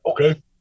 Okay